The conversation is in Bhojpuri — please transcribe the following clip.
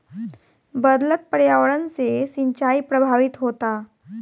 बदलत पर्यावरण से सिंचाई प्रभावित होता